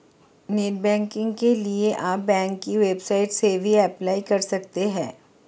net banking के लिए आप बैंक की वेबसाइट से भी अप्लाई कर सकते है